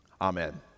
amen